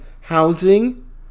housing